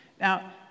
Now